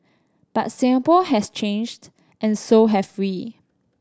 but Singapore has changed and so have we